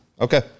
Okay